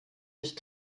nicht